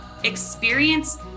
Experience